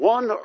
One